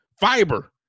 fiber